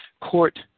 court